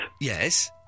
Yes